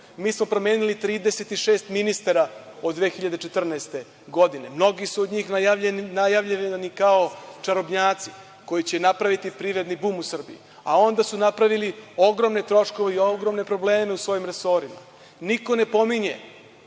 Mi smo promenili 36 ministara od 2014. godine. Mnogi od njih su najavljivani kao čarobnjaci koji će napraviti privredni bum u Srbiji, a onda su napravili ogromne troškove i ogromne probleme u svojim resorima. Niko ne pominje